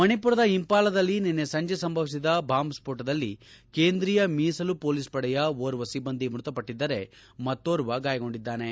ಮಣಿಮರದ ಇಂಫಾಲದಲ್ಲಿ ನಿನ್ನೆ ಸಂಜೆ ಸಂಭವಿಸಿದ ಬಾಂಬ್ ಸ್ವೋಟದಲ್ಲಿ ಕೇಂದ್ರೀಯ ಮೀಸಲು ಮೊಲೀಸ್ ಪಡೆಯ ಒಬ್ಬ ಸಿಬ್ಬಂದಿ ಮೃತಪಟ್ಟಿದ್ದರೆ ಮತ್ತೊಬ್ಬ ಗಾಯಗೊಂಡಿದ್ದಾನೆ